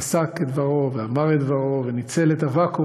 פסק את דברו ואמר את דברו וניצל את הווקום